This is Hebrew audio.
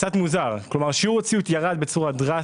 קצת מוזר, כלומר שיעור הציות ירד דרסטית,